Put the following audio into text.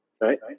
right